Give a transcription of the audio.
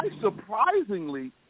surprisingly